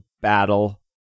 battle